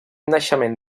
naixement